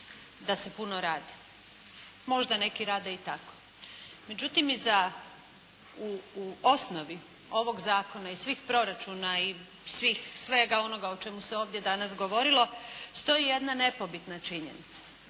da se puno radi. Možda neki rade i tako. Međutim iza, u osnovi ovog zakona i svih proračuna i svih, svega onoga o čemu se danas ovdje govorilo stoji jedna nepobitna činjenica,